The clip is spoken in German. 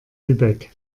lübeck